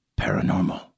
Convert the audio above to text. paranormal